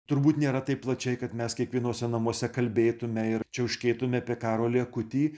turbūt nėra taip plačiai kad mes kiekvienuose namuose kalbėtume ir čiauškėtume apie karolį akutį